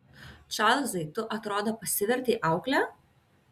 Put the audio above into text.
čarlzai tu atrodo pasivertei aukle